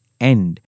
end